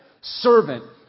servant